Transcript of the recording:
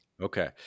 okay